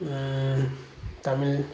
Tamil